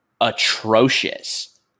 atrocious